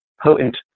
potent